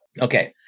okay